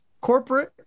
corporate